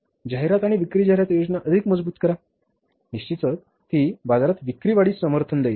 जाहिरात आणि विक्री जाहिरात योजना अधिक मजबूत करा निश्चितच ती बाजारात विक्री वाढीस समर्थन देईल